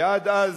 ועד אז,